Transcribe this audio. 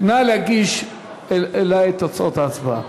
נא להגיש אלי את תוצאות ההצבעה.